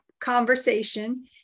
conversation